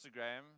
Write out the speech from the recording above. Instagram